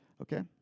Okay